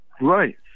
Right